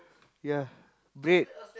ya bread